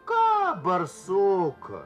ką barsuką